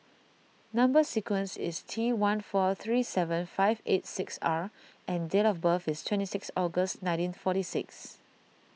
Number Sequence is T one four three seven five eight six R and date of birth is twenty six August nineteen forty six